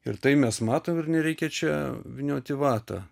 ir tai mes matom ir nereikia čia vyniot į vatą